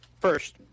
First